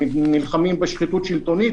נלחמים בשחיתות שלטונית,